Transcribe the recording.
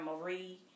Marie